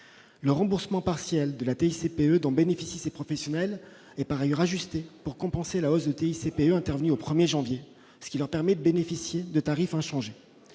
Le remboursement partiel de la TICPE dont bénéficient ces professionnels est par ailleurs ajusté pour compenser la hausse de TICPE intervenue au 1janvier, ce qui leur permet de bénéficier de tarifs inchangés.